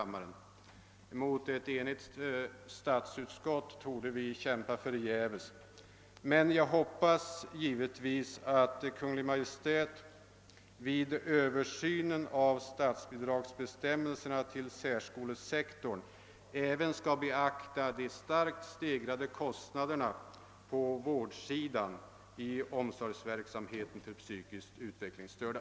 Mot ett enigt statsutskott torde vi kämpa förgäves, men jag hoppas givetvis att Kungl. Maj:t vid översynen av statsbidragsbestämmelserna beträffande särskolesektorn även skall beakta de starkt stegrade kostnaderna på vårdsidan i omsorgsverksamheten för psykiskt utvecklingsstörda.